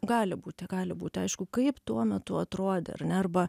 gali būti gali būti aišku kaip tuo metu atrodė ar ne arba